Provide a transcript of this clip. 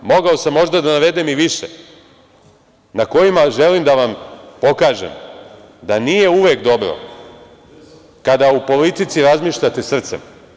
Mogao sam možda da navedem i više, na kojima želim da vam pokažem da nije uvek dobro kada u politici razmišljate srcem.